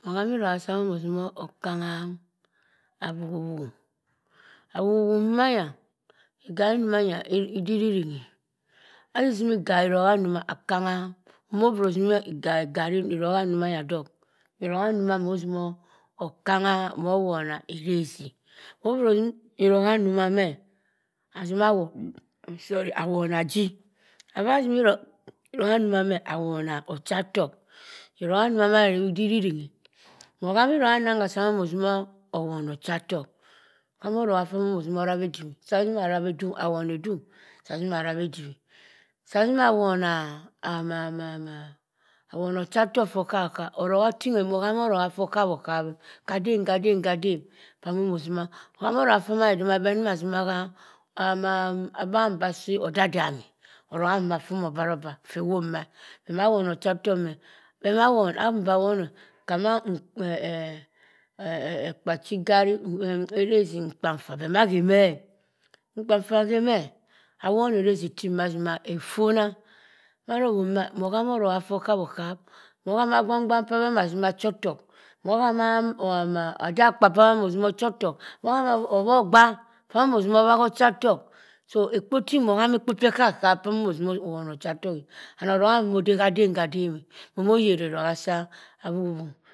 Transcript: Ohami erongha sah muh utimah okangha abubunghu abubunghu manya egara rumanya edi re ren asisi meh egareh mah akaha movoro utimeh egare rongha dok erogha duma muh utimo okangha ona ereze mu buru oha duma meh atima awuna aji erongha dimameh awunu ucha tokk urongha ndumanya edi erirenghe muh hemi erongha noh muh mutimo owoni ocha. Tokk ahamoragha sah amah ariwe ediwe sah meh arawe ediwe sah ama awon ucha tokk oka oka atimeh moh ahamoh oragha fuh okap oh kaden kaden kaden mah mah utueh utima ohamu aragha feh atima abenba aso odamme oragha fuh fumoh oboro obre fewuma beh awon ocha attok meh abhe bah awon mah awon o. Kama ekpa chi egareb ereze mkpa mfa abah geh meh mkpa mfa gheme mka mfa ghe meh awon ereze chim atima efon ah aronma muh ohamo orogha fuh oleap okap. Moh hama agbang gban pah atimoh acho ottok moman actah agboghe pah muh uchi ottok ofu ogba feh muh utimi ucho ottok muh ahama adakpa pah mua utimo ocho otok ma ohogba feh muh utimah owehe ocha tok muh ahama ada kpa peh mu utimuh ocho otok ofuh ogpa utimo uwehe ucha tok muh utimuha peh hahap peh mutimoh buru ucho otokphe ano arongha haden haden eh amuyen erogha si afufuh.